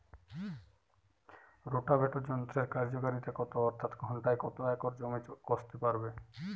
Rotavator যন্ত্রের কার্যকারিতা কত অর্থাৎ ঘণ্টায় কত একর জমি কষতে পারে?